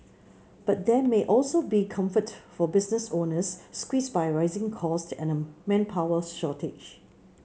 but there may also be comfort for business owners squeezed by rising costs and a manpower shortage